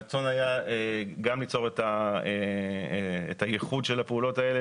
הרצון היה גם ליצור את הייחוד של הפעולות האלה